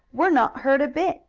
we're not hurt a bit,